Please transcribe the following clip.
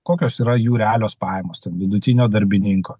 kokios yra jų realios pajamos ten vidutinio darbininko